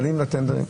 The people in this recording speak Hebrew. מעלים לטנדרים.